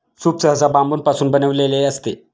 soup सहसा बांबूपासून बनविलेले असते